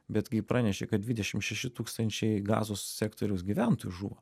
bet kai pranešė kad dvidešim šeši tūkstančiai gazos sektoriaus gyventojų žuvo